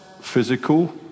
physical